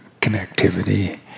connectivity